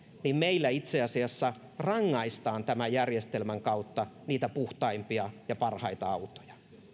niin meillä itse asiassa rangaistaan tämän järjestelmän kautta niitä puhtaimpia ja parhaita autoja